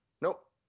Nope